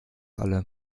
alle